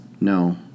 No